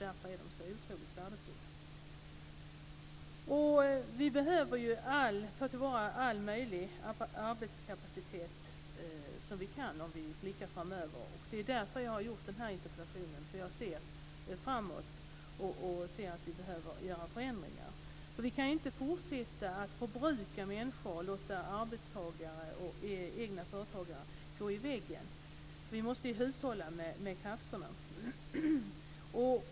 Därför är de så otroligt värdefulla. Vi behöver ta till vara all möjlig arbetskapacitet som vi kan framöver. Jag har ställt den här interpellationen därför att jag ser framåt och ser att vi behöver göra förändringar. Vi kan inte fortsätta att förbruka människor, låta arbetstagare och egna företagare gå i väggen, utan vi måste hushålla med krafterna.